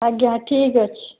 ଆଜ୍ଞା ଠିକ୍ ଅଛି